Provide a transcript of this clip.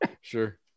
Sure